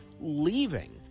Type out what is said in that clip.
leaving